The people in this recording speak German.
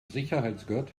sicherungsgurt